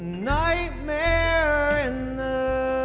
nightmare in the